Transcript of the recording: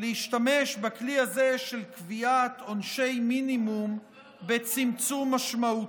להשתמש בכלי הזה של קביעת עונשי מינימום בצמצום משמעותי.